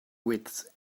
wits